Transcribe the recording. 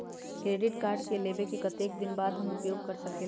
Credit card लेबे के कतेक दिन बाद हम उपयोग कर सकेला?